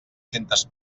centes